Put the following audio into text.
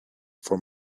for